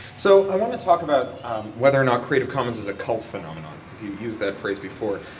so i want to talk about whether or not creative commons is a cult phenomenon, because he used that phrase before.